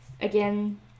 Again